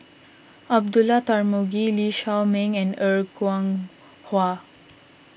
Abdullah Tarmugi Lee Shao Meng and Er Kwong Wah